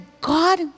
God